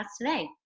today